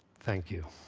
thank you.